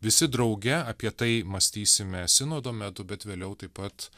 visi drauge apie tai mąstysime sinodo metu bet vėliau taip pat